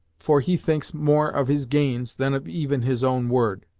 for he thinks more of his gains than of even his own word.